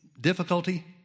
difficulty